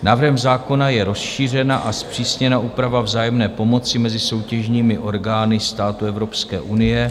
Návrhem zákona je rozšířena a zpřísněna úprava vzájemné pomoci mezi soutěžními orgány států Evropské unie.